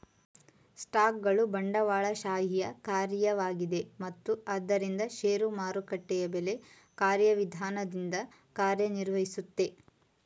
ಸ್ಟಾಕ್ಗಳು ಬಂಡವಾಳಶಾಹಿಯ ಕಾರ್ಯವಾಗಿದೆ ಮತ್ತು ಆದ್ದರಿಂದ ಷೇರು ಮಾರುಕಟ್ಟೆಯು ಬೆಲೆ ಕಾರ್ಯವಿಧಾನದಿಂದ ಕಾರ್ಯನಿರ್ವಹಿಸುತ್ತೆ